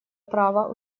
права